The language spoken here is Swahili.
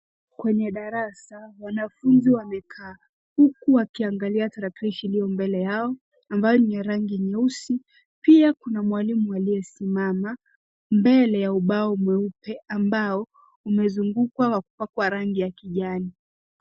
Kwenye darasa wanafunzi wamekaa huku wakiangalia tarakilishi iliyo mbele Yao ambayo ni ya rangi nyeusi. Pia kuna mwalimu aliyesimama mbele ya ubao mweupe ambao umezungukwa kwa kupakwa rangi ya kijani.